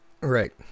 Right